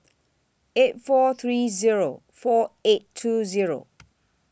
eight four three Zero four eight two Zero